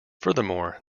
furthermore